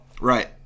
Right